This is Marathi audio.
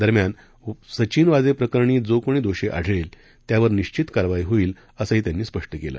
दरम्यान सचिन वाजे प्रकरणी जो कोणी दोषी आढळेल त्यावर निश्वित कारवाई होईल असंही त्यांनी स्पष्ट केलं